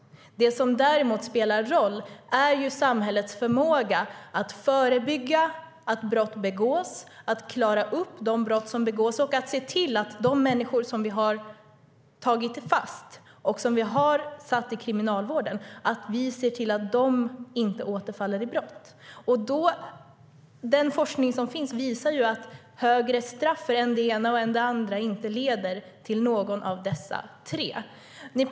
Det som däremot spelar roll är samhällets förmåga att förebygga att brott begås, att klara upp de brott som begås och att se till att de människor som vi har tagit fast och har inom kriminalvården inte återfaller i brott. Den forskning som finns visar att högre straff för än det ena, än det andra inte leder till något av dessa tre mål.